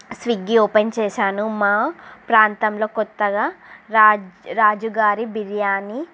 Swiggy open చేశాను మా ప్రాంతంలో కొత్తగా రాజ్ రాజు గారి బిర్యాని